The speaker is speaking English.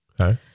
okay